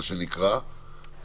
מה שנקרא,